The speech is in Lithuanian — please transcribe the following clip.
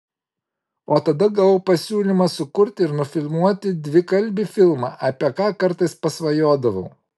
o tada gavau pasiūlymą sukurti ir nufilmuoti dvikalbį filmą apie ką kartais pasvajodavau